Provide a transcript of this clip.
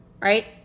Right